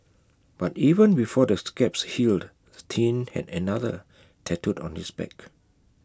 but even before the scabs healed the teen had another tattooed on his back